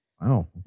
Wow